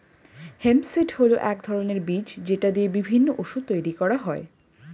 hemp seed হল এক ধরনের বীজ যেটা দিয়ে বিভিন্ন ওষুধ তৈরি করা হয়